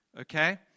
okay